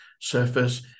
surface